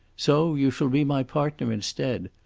so you shall be my partner instead.